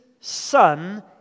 son